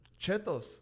Chetos